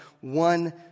one